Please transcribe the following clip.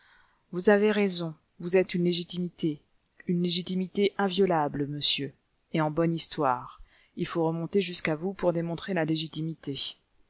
vous avez raison vous êtes une légitimité une légitimité inviolable monsieur et en bonne histoire il faut remonter jusqu'à vous pour démontrer la légitimité